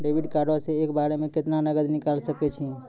Debit card से एक बार मे केतना नगद निकाल सके छी?